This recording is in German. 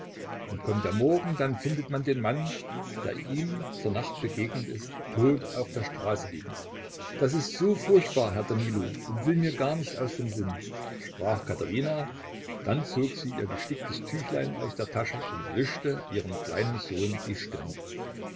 und kommt der morgen dann findet man den mann der ihm zur nacht begegnet ist tot auf der straße liegen das ist so furchtbar herr danilo und will mir gar nicht aus dem sinn sprach katherina dann zog sie ihr gesticktes tüchlein aus der tasche und wischte ihrem kleinen sohn die stirn